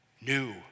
new